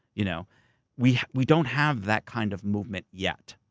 you know we we don't have that kind of movement yet.